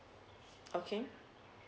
okay